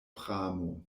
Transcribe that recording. pramo